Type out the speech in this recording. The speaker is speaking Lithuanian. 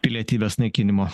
pilietybės naikinimo